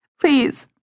Please